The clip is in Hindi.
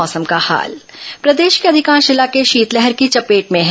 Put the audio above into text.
मौसम प्रदेश के अधिकांश इलाके शीतलहर की चपेट में है